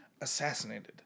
assassinated